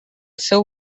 seu